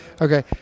Okay